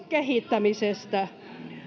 kehittämisestä